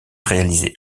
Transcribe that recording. réalisé